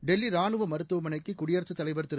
டெல்லி ராணுவ மருத்துவமனைக்கு குடியரசு தலைவர் திரு